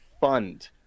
fund